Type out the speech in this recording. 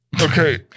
Okay